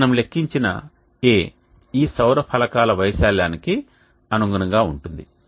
మనము లెక్కించిన A ఈ సౌర ఫలకాల వైశాల్యానికి అనుగుణంగా ఉంటుంది